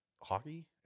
hockey